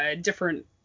different